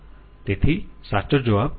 તેથી સાચો જવાબ c છે